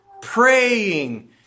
praying